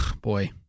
Boy